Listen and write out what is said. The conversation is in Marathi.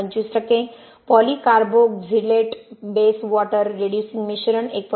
25 टक्के पॉलीकार्बोक्झिलेट बेस वॉटर रिड्युसिंग मिश्रण 1